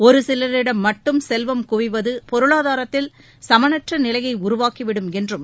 ஒரு சிலரிடம் மட்டும் செல்வம் குவிவது பொருளாதாரத்தில் சமனற்ற நிலையை உருவாக்கி விடும் என்றும்